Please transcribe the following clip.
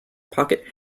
pocket